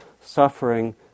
suffering